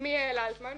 שמי יעל אלטמן,